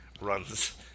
runs